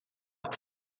auf